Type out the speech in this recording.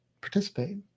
participate